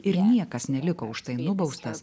ir niekas neliko už tai nubaustas